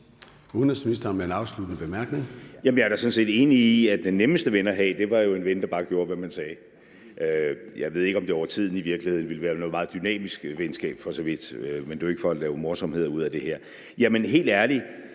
Jeg er da sådan set enig i, at den nemmeste ven at have jo var en ven, der bare gjorde, hvad man sagde. Jeg ved for så vidt ikke, om det hen over tiden i virkeligheden ville være noget meget dynamisk venskab. Men det er jo ikke for at lave morsomheder ud af det her. Helt ærligt: